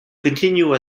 continue